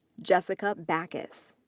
jessica backus,